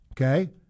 okay